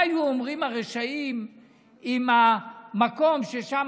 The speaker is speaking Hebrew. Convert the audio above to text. מה היו אומרים הרשעים אם המקום ששם